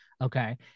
Okay